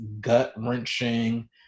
gut-wrenching